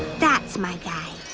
that's my guy.